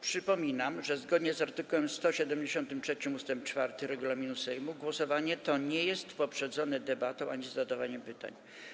Przypominam, że zgodnie z art. 173 ust. 4 regulaminu Sejmu głosowanie to nie jest poprzedzone debatą ani zadawaniem pytań.